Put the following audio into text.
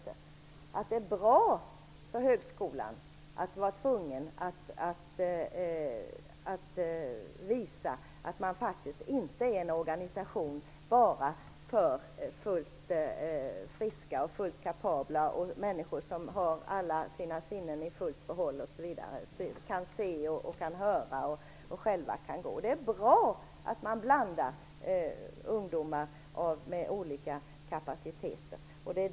Tanken att det är bra för högskolan att vara tvungen att visa att man faktiskt inte är en organisation enbart för fullt friska, kapabla människor som har alla sina sinnen i fullt behåll, dvs. att de kan se, höra och gå själva, är bra. Det är bra att ungdomar med olika kapacitet blandas.